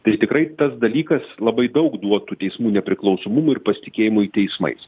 tai tikrai tas dalykas labai daug duotų teismų nepriklausomumui ir pasitikėjimui teismais